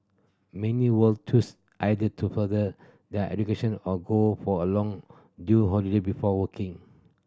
many will choose either to further their education or go for a long due holiday before working